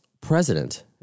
president